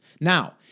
Now